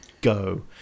go